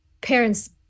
parents